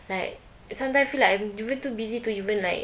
like sometime I feel like I'm even too busy to even like